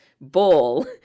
ball